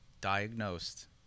diagnosed